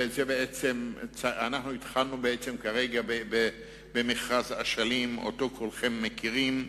וכרגע התחלנו במכרז אשלים שכולכם מכירים.